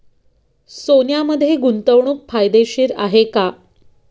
सोन्यामध्ये गुंतवणूक फायदेशीर आहे का?